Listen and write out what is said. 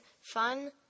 fun